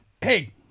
Hey